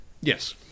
Yes